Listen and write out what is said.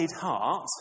heart